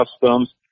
customs